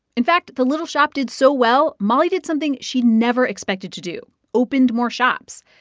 in fact, the little shop did so well, molly did something she never expected to do opened more shops.